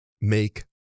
make